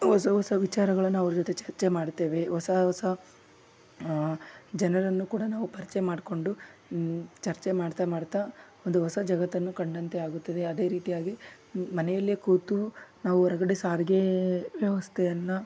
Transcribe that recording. ಹೊಸ ಹೊಸ ವಿಚಾರಗಳನ್ನು ಅವ್ರ ಜೊತೆ ಚರ್ಚೆ ಮಾಡ್ತೇವೆ ಹೊಸ ಹೊಸ ಜನರನ್ನು ಕೂಡ ನಾವು ಪರ್ಚಯ ಮಾಡಿಕೊಂಡು ಚರ್ಚೆ ಮಾಡ್ತ ಮಾಡ್ತ ಒಂದು ಹೊಸ ಜಗತ್ತನ್ನು ಕಂಡಂತೆ ಆಗುತ್ತದೆ ಅದೇ ರೀತಿಯಾಗಿ ಮನೆಯಲ್ಲೇ ಕೂತು ನಾವು ಹೊರ್ಗಡೆ ಸಾರಿಗೆ ವ್ಯವಸ್ಥೆಯನ್ನು